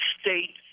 state